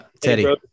Teddy